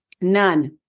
None